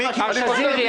מר שזירי,